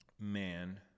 man